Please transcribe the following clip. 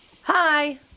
hi